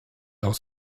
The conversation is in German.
aus